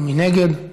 מי נגד?